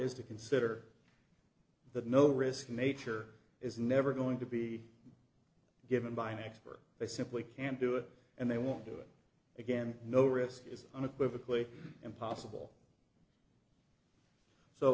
is to consider that no risk in nature is never going to be given by an expert they simply can't do it and they won't do it again no risk is unequivocal impossible so